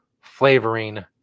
flavoring